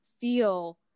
feel